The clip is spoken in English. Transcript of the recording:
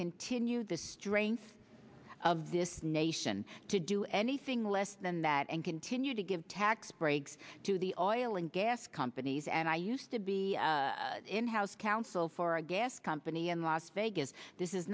continue the strains of this nation to do anything less than that and continue to give tax breaks to the oil and gas companies and i used to be in house counsel for a gas company in las vegas this is